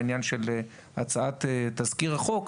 בעניין הצעת תזכיר החוק,